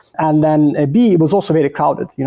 and then ah b, it was also very crowded.